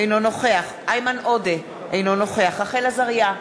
אינו נוכח איימן עודה, אינו נוכח רחל עזריה,